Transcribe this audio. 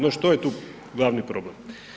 No što je tu glavni problem?